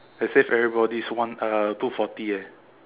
I saved everybody's one uh two forty eh